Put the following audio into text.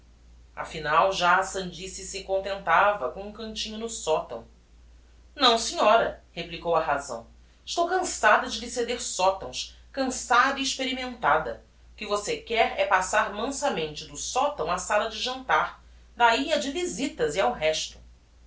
afinal já a sandice se contentava com um cantinho no sotão não senhora replicou a razão estou cançada de lhe ceder sotãos cançada e experimentada o que você quer é passar mansamente do sotão á sala de jantar dahi á de visitas e ao resto